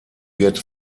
wird